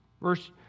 Verse